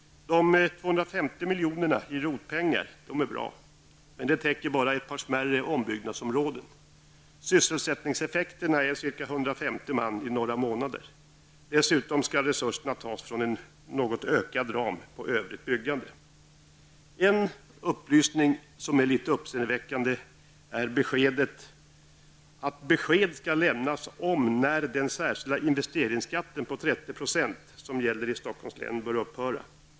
Det 250 miljonerna i ROT-pengar är bra. Men härmed täcks bara ett par smärre ombyggnadsområden. Sysselsättningseffekterna gäller ca 150 man i några månader. Dessutom skall resurserna tas från en något utökad ram för övrigt byggande. En upplysning som är litet uppseendeväckande är den att besked skall lämnas om när den särskilda investeringsskatt om 30 % som gäller i Stockholms län bör upphöra.